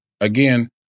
Again